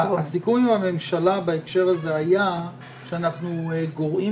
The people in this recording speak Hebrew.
הסיכום עם הממשלה בהקשר הזה היה שאנחנו גורעים